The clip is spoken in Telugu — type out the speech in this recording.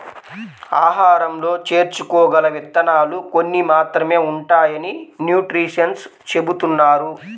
ఆహారంలో చేర్చుకోగల విత్తనాలు కొన్ని మాత్రమే ఉంటాయని న్యూట్రిషన్స్ చెబుతున్నారు